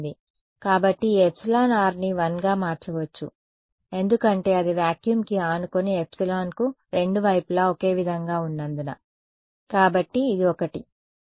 కాబట్టి ఈ εrని 1 గా మార్చవచ్చు ఎందుకంటే అది వాక్యూమ్ కి ఆనుకుని ఎప్సిలాన్కు రెండు వైపులా ఒకే విధంగా ఉన్నందున కాబట్టి ఇది 1